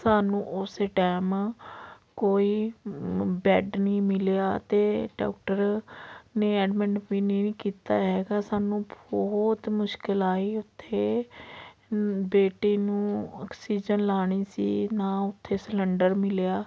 ਸਾਨੂੰ ਉਸੇ ਟਾਈਮ ਕੋਈ ਬੈੱਡ ਨਹੀਂ ਮਿਲਿਆ ਅਤੇ ਡੋਕਟਰ ਨੇ ਐਡਮਿਟ ਵੀ ਨਹੀਂ ਕੀਤਾ ਹੈਗਾ ਸਾਨੂੰ ਬਹੁਤ ਮੁਸ਼ਕਿਲ ਆਈ ਉੱਥੇ ਬੇਟੀ ਨੂੰ ਆਕਸੀਜਨ ਲਾਉਣੀ ਸੀ ਨਾ ਉੱਥੇ ਸਿਲੰਡਰ ਮਿਲਿਆ